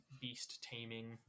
beast-taming